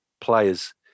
players